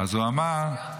אז הוא אמר -- אופיר,